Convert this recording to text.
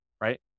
right